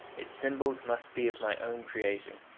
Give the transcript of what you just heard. its symbols must be of my own creating.